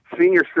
senior